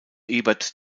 ebert